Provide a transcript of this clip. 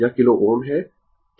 यह किलो Ω है